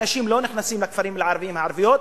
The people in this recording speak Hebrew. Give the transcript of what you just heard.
אנשים לא נכנסים לכפרים ולערים הערביים,